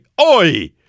Oi